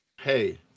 Hey